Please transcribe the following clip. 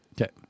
Okay